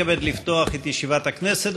את ישיבת הכנסת.